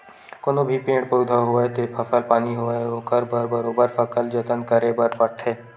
कोनो भी पेड़ पउधा होवय ते फसल पानी होवय ओखर बर बरोबर सकल जतन करे बर परथे